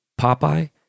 Popeye